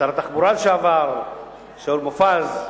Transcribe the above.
שר התחבורה לשעבר שאול מופז,